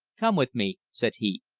come with me, said he,